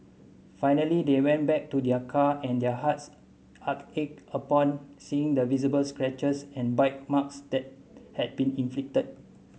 finally they went back to their car and their hearts ached upon seeing the visible scratches and bite marks that had been inflicted